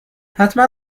حتما